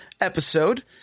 episode